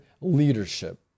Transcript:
leadership